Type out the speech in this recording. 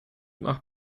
mag